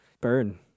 burn